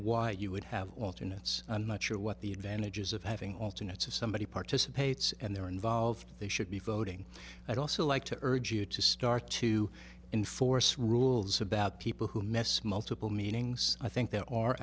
why you would have alternate so i'm not sure what the advantages of having alternate somebody participates and they're involved they should be voting i'd also like to urge you to start to enforce rules about people who mess multiple meanings i think there are